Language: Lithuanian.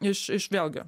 iš iš vėlgi